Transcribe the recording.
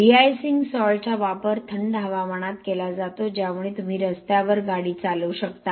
D icing सॉल्टचा वापर थंड हवामानात केला जातो ज्यामुळे तुम्ही रस्त्यावर गाडी चालवू शकता